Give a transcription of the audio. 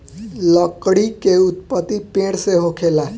लकड़ी के उत्पति पेड़ से होखेला